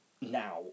now